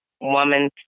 Woman